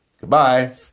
goodbye